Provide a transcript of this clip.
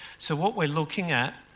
so, what we're looking at,